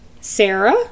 sarah